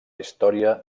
història